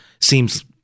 seems